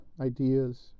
ideas